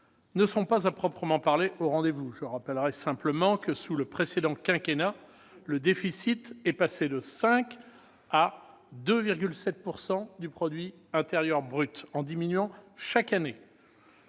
ne sont pas à proprement parler au rendez-vous. Je rappellerai simplement que, sous le précédent quinquennat, le déficit est passé de 5 % à 2,7 % du PIB, en diminuant chaque année,